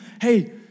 Hey